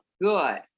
Good